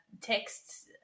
texts